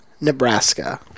Nebraska